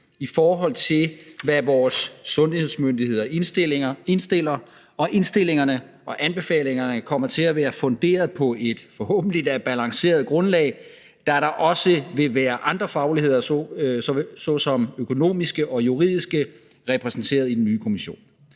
i forhold til hvad vores sundhedsmyndigheder indstiller, og indstillingerne og anbefalingerne kommer til at være funderet på et forhåbentlig balanceret grundlag, da der også vil være andre fagligheder – såsom økonomiske og juridiske – repræsenteret i den ny kommission.